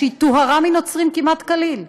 שטוהרה מנוצרים כמעט כליל.